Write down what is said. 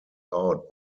out